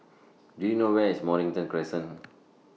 Do YOU know Where IS Mornington Crescent